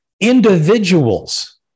individuals